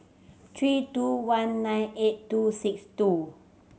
three two one nine eight two six two